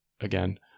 again